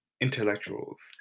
intellectuals